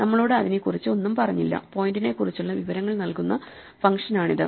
നമ്മളോട് അതിനെക്കുറിച്ച് ഒന്നും പറഞ്ഞില്ല പോയിന്റിനെക്കുറിച്ചുള്ള വിവരങ്ങൾ നൽകുന്ന ഫംഗ്ഷനാണിത്